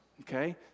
okay